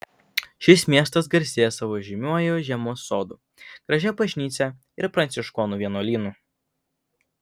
šis miestas garsėja savo žymiuoju žiemos sodu gražia bažnyčia ir pranciškonų vienuolynu